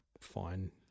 fine